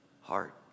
heart